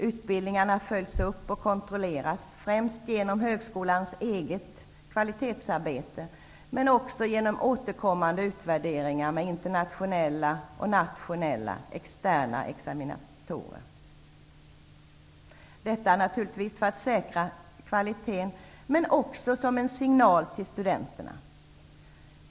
Utbildningarna följs upp och kontrolleras, främst genom högskolans eget kvalitetsarbete men också genom återkommande utvärderingar med internationella och nationella externa examinatorer. Detta behövs naturligtvis för att säkra kvaliteten, men också som signal till studenterna.